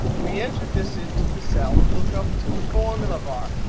we entered this into the cell. look up to the formula bar.